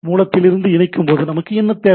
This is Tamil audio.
மூலத்திலிருந்து இணைக்கும்போது நமக்கு என்ன தேவை